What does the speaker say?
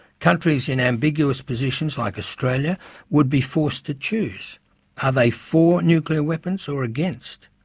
countries in ambiguous positions like australia would be forced to choose are they for nuclear weapons, or against?